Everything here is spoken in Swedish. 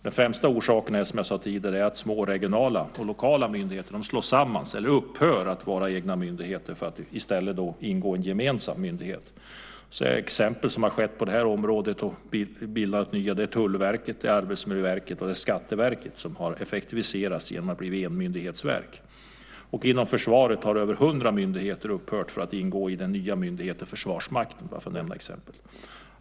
Den främsta orsaken är, som jag sade tidigare, att små regionala och lokala myndigheter slås samman eller upphör att vara egna myndigheter för att i stället ingå i en gemensam myndighet. Exempel på det här området där nya myndigheter har bildats är Tullverket, Arbetsmiljöverket och Skatteverket, som har effektiviserats genom att bli enmyndighetsverk. Inom försvaret har över 100 myndigheter upphört för att nu ingå i den nya myndigheten Försvarsmakten, för att nämna ytterligare exempel.